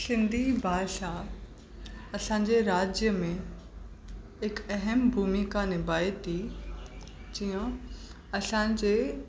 सिंधी भाषा असांजे राज्य में हिकु अहम भूमिका निभाहे थी जीअं असांजे